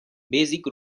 basic